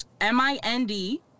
M-I-N-D